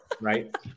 right